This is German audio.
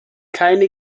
keine